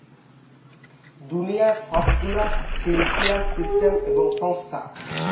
দুনিয়ার সব গুলা ফিন্সিয়াল সিস্টেম এবং সংস্থা